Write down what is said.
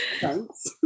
Thanks